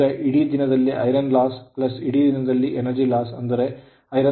ಈಗ ಇಡೀ ದಿನದಲ್ಲಿ Iron loss ಇಡೀ ದಿನದಲ್ಲಿ energy loss